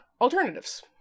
alternatives